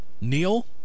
Neil